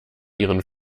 ihren